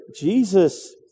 Jesus